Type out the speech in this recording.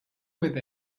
with